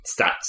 stats